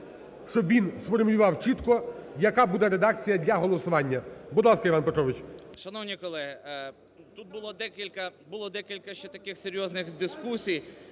щоб він сформулював чітко, яка буде редакція для голосування. Будь ласка, Іван Петрович. 11:56:13 РИБАК І.П. Шановні колеги, тут було декілька ще таких серйозних дискусій